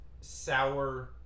sour